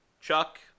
Chuck